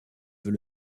veut